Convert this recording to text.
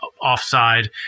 offside